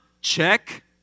check